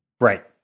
Right